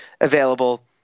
available